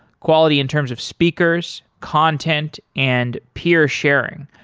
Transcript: quality in terms of speakers, content and peer sharing,